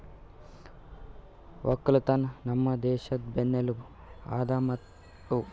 ಒಕ್ಕಲತನ ನಮ್ ದೇಶದ್ ಬೆನ್ನೆಲುಬು ಅದಾ ಮತ್ತೆ ನಡುಸ್ಲುಕ್ ಸರ್ಕಾರ ರೈತರಿಗಿ ಬ್ಯಾರೆ ಬ್ಯಾರೆ ಬಡ್ಡಿ ಕೊಡ್ತುದ್